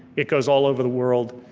it goes all over the world,